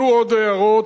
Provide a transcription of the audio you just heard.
עלו עוד הערות,